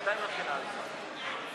אין נמנעים.